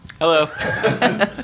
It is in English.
Hello